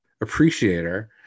appreciator